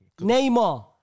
Neymar